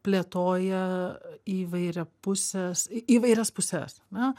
plėtoja įvairiapuses įvairias puses na